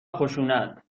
خشونت